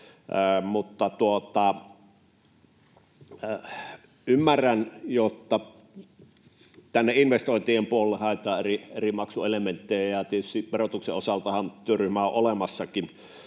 ymmärrän, että tänne investointien puolelle haetaan eri maksuelementtejä, ja tietysti verotuksen osaltahan työryhmä on olemassakin.